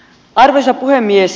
arvoisa puhemies